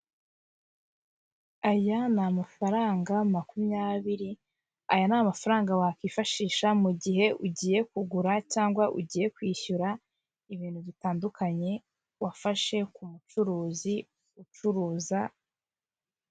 Aya ni amafaranga makumyabiri, aya ni amafaranga wakwifashisha mu gihe ugiye kugura cyangwa ugiye kwishyura ibintu bitandukanye wafashe ku mucuruzi ucuruza.